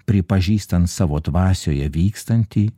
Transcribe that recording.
pripažįstant savo dvasioje vykstantį